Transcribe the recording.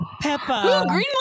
Peppa